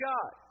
God